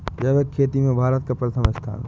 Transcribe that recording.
जैविक खेती में भारत का प्रथम स्थान